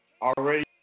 already